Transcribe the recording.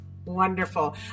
Wonderful